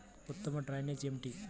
ఉత్తమ డ్రైనేజ్ ఏమిటి?